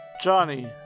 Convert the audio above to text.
Johnny